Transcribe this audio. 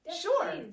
Sure